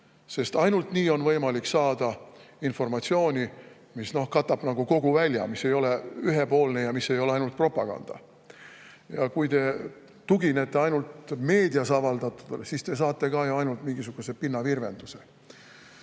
sest ainult nii on võimalik saada informatsiooni, mis katab kogu välja, mis ei ole ühepoolne ja mis ei ole ainult propaganda. Kui te tuginete ainult meedias avaldatule, siis te saate ka ju vaid mingisuguse pinnavirvenduse.